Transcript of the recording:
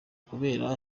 kubera